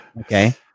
okay